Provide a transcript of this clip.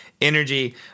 energy